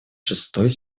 шестой